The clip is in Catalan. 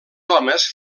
homes